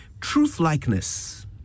truth-likeness